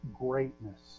greatness